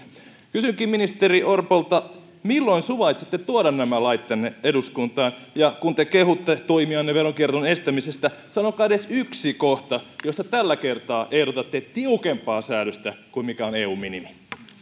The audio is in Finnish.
kysynkin ministeri orpolta milloin suvaitsette tuoda nämä lait tänne eduskuntaan ja kun te kehutte toimianne veronkierron estämisessä sanokaa edes yksi kohta josta tällä kertaa ehdotatte tiukempaa säädöstä kuin mikä on eu minimi